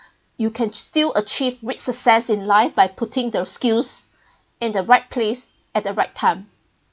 you can still achieve great success in life by putting the skills in the right place at the right time